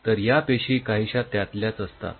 तर या पेशी काहीशा त्यातल्याच असतात